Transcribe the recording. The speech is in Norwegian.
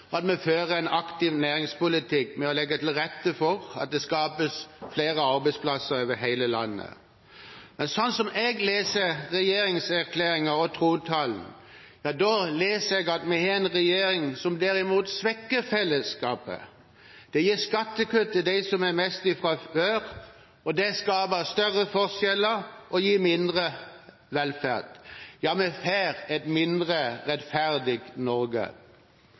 at vi fører en aktiv næringspolitikk ved å legge til rette for at det skapes flere arbeidsplasser over hele landet. Sånn som jeg leser regjeringserklæringen og trontalen, har vi en regjering som derimot svekker fellesskapet. De gir skattekutt til dem som har mest fra før. Det skaper større forskjeller og gir mindre velferd. Ja, vi får et mindre rettferdig Norge.